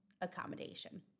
accommodation